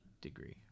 degree